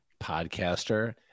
podcaster